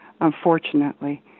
unfortunately